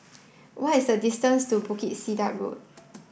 what is the distance to Bukit Sedap Road